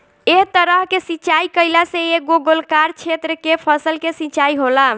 एह तरह के सिचाई कईला से एगो गोलाकार क्षेत्र के फसल के सिंचाई होला